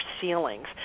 ceilings